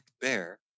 bear